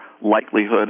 likelihood